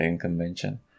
convention